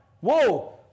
Whoa